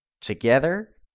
together